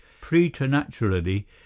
preternaturally